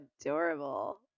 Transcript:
adorable